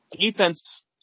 defense